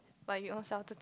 but you ownself